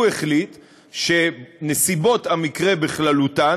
הוא החליט ש"נסיבות המקרה בכללותן",